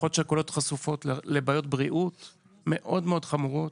משפחות שכולות חשופות לבעיות בריאות מאוד מאוד חמורות,